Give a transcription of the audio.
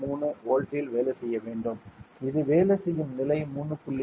3 வோல்ட்டில் வேலை செய்ய வேண்டும் இது வேலை செய்யும் நிலை 3